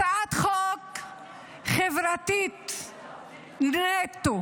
הצעת חוק חברתית נטו